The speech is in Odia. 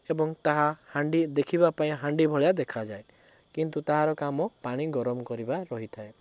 ଏବଂ ତାହା ହାଣ୍ଡି ଦେଖିବା ପାଇଁ ହାଣ୍ଡି ଭଳିଆ ଦେଖାଯାଏ କିନ୍ତୁ ତାହାର କାମ ପାଣି ଗରମ କରିବା ରହିଥାଏ